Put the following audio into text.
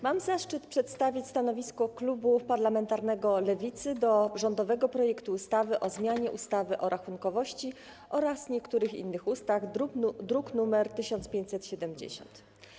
Mam zaszczyt przedstawić stanowisko Klubu Parlamentarnego Lewicy odnośnie do rządowego projektu ustawy o zmianie ustawy o rachunkowości oraz niektórych innych ustaw, druk nr 1570.